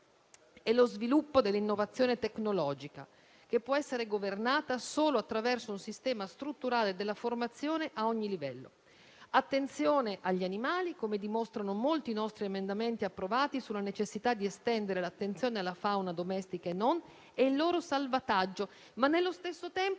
e lo sviluppo dell'innovazione tecnologica, che può essere governata solo attraverso un sistema strutturale della formazione a ogni livello. Prestiamo attenzione agli animali, come dimostrano molti nostri emendamenti approvati sulla necessità di estendere l'attenzione alla fauna domestica e non al loro salvataggio. Allo stesso tempo